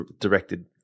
directed